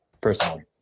personally